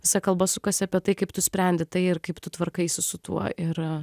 visa kalba sukasi apie tai kaip tu sprendi tai ir kaip tu tvarkaisi su tuo ir